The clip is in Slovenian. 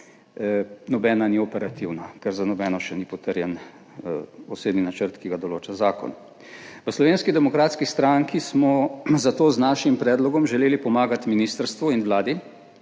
Nobena ni operativna, ker za nobeno še ni potrjen osebni načrt, ki ga določa zakon. V Slovenski demokratski stranki smo zato z našim predlogom želeli pomagati ministrstvu in Vladi,